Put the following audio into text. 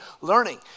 learning